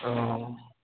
औ